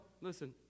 listen